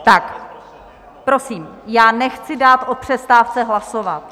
Tak prosím, já nechci dát o přestávce hlasovat.